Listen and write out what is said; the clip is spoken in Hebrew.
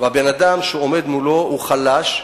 והאדם שעומד מולו חלש,